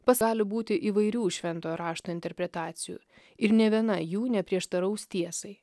pasauly būti įvairių šventojo rašto interpretacijų ir nė viena jų neprieštaraus tiesai